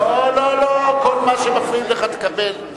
כל מה שמפריעים לך, תקבל.